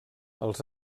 els